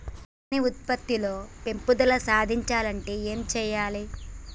ధాన్యం ఉత్పత్తి లో పెంపుదల సాధించాలి అంటే ఏం చెయ్యాలి?